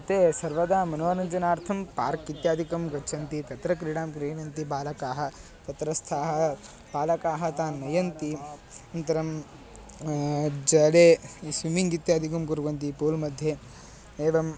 ते सर्वदा मनोनञ्जनार्थं पार्क् इत्यादिकं गच्छन्ति तत्र क्रीडां क्रीडन्ति बालकाः तत्रस्थाः पालकाः तान् नयन्ति नन्तरं जले स्विमिङ्ग् इत्यादिकं कुर्वन्ति पूल् मध्ये एवं